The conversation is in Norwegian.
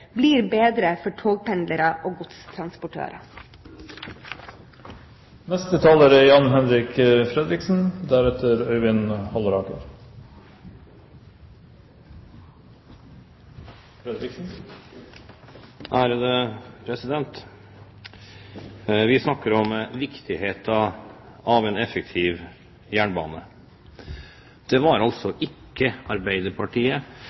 blir bedre for togpendlere og godstransportører. Vi snakker om viktigheten av en effektiv jernbane. Det var altså ikke Arbeiderpartiet,